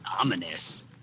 ominous